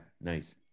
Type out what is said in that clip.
nice